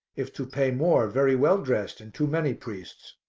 if to pay more, very well dressed and too many priests.